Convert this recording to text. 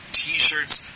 t-shirts